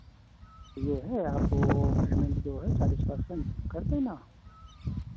ये है आप वो पेमेन्ट जो है चालीस पर्सेन्ट कर देना